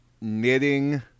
knitting